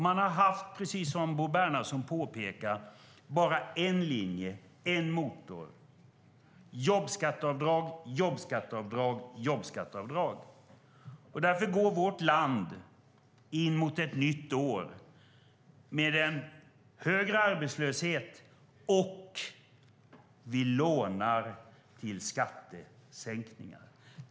Man har haft, precis som Bo Bernhardsson påpekar, bara en linje, en motor: jobbskatteavdrag, jobbskatteavdrag, jobbskatteavdrag. Därför går vårt land in mot ett nytt år med en högre arbetslöshet, och vi lånar till skattesänkningar.